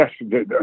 Yes